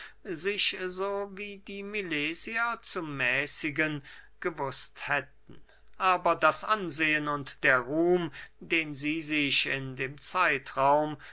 so wie die milesier zu mäßigen gewußt hätten aber das ansehen und der ruhm den sie sich in dem zeitraum